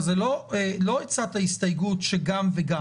אז זה לא לא הצעת הסתייגות של גם וגם.